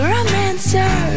Romancer